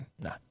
No